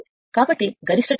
కాబట్టి గరిష్ట టార్క్ 2